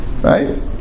right